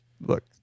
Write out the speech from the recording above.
look